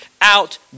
out